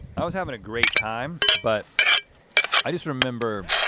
i was having a great time, but i just remember,